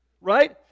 right